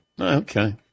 Okay